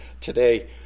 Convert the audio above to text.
today